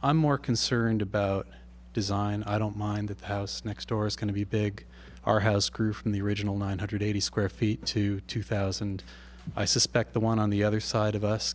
i'm more concerned about design i don't mind the house next door is going to be big our house crew from the original nine hundred eighty square feet to two thousand i suspect the one on the other side of us